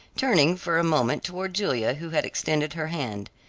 turning for a moment toward julia who had extended her hand,